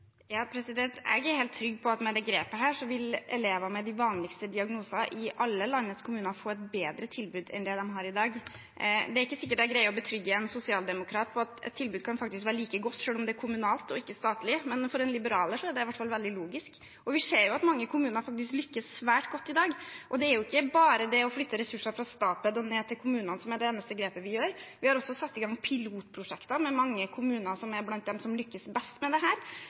med dette grepet vil elevene med de vanligste diagnosene i alle landets kommuner få et bedre tilbud enn de har i dag. Det er ikke sikkert jeg greier å betrygge en sosialdemokrat om at et tilbud kan være like godt selv om det er kommunalt og ikke statlig, men for en liberaler er i hvert fall det veldig logisk. Vi ser at mange kommuner lykkes svært godt i dag. Det å flytte ressurser fra Statped ned til kommunene er ikke det eneste grepet vi tar. Vi har også satt i gang pilotprosjekter med mange av kommunene som lykkes best med dette. Kunnskapen vi får fra de prosjektene, vil også kunne spres til andre kommuner i dette landet, som da kan vise hvordan dette kan løses på best